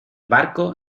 barco